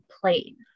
plane